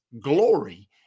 glory